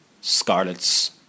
Scarlets